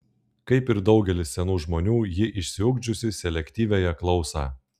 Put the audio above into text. kaip ir daugelis senų žmonių ji išsiugdžiusi selektyviąją klausą